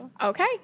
Okay